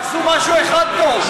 תעשו משהו אחד טוב.